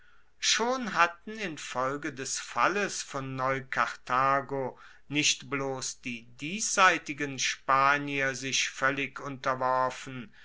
schon hatten infolge des falles von neukarthago nicht bloss die diesseitigen spanier sich voellig unterworfen